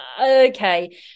okay